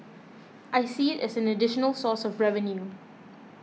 I see it as an additional source of revenue